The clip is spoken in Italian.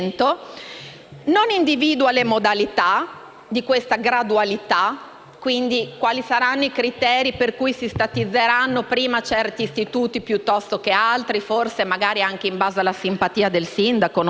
non individua nemmeno le modalità di questa gradualità e quali saranno quindi i criteri per cui si statizzeranno prima certi istituti piuttosto che altri (magari in base alla simpatia del sindaco, non si sa).